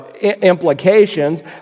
implications